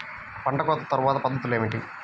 పంట కోత తర్వాత పద్ధతులు ఏమిటి?